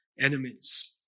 enemies